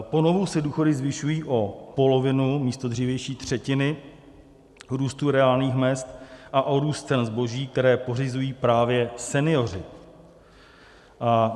Ponovu se důchody zvyšují o polovinu, místo dřívější třetiny růstu reálných mezd, a o růst cen zboží, které pořizují právě senioři.